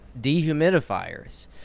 dehumidifiers